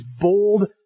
bold